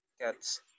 cats